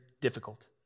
difficult